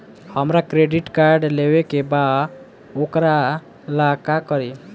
हमरा credit card लेवे के बा वोकरा ला का करी?